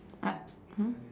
ah !huh!